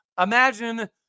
Imagine